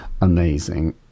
amazing